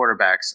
quarterbacks